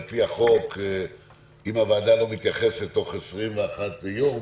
על-פי החוק אם הוועדה לא מתייחסת תוך 21 יום,